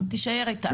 תישאר איתנו.